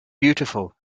beautiful